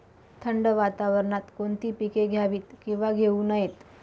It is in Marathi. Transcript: थंड वातावरणात कोणती पिके घ्यावीत? किंवा घेऊ नयेत?